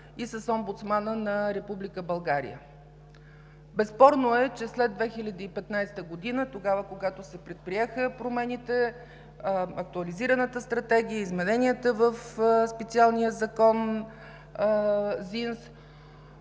с Омбудсмана на Република България? Безспорно е, че след 2015 г., когато се предприеха промените, Актуализираната стратегия, измененията в специалния закон – ЗИНЗС,